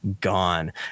Gone